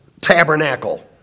tabernacle